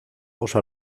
oso